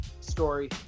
story